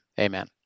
Amen